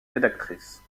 rédactrice